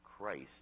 Christ